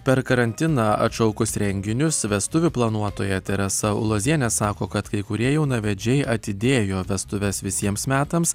per karantiną atšaukus renginius vestuvių planuotoja teresa uloziene sako kad kai kurie jaunavedžiai atidėjo vestuves visiems metams